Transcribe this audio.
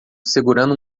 segurando